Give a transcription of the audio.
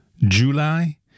July